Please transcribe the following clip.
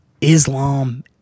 Islam